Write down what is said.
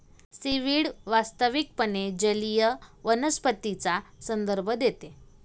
seaweed वास्तविकपणे जलीय वनस्पतींचा संदर्भ देते